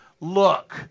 Look